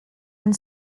and